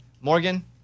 Morgan